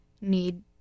need